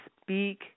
speak